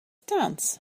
dance